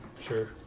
Sure